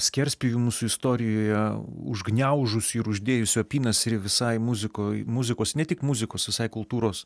skerspjūvių mūsų istorijoje užgniaužusių ir uždėjusių apynasrį visai muzikoj muzikos ne tik muzikos visai kultūros